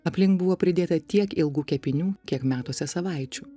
aplink buvo pridėta tiek ilgų kepinių kiek metuose savaičių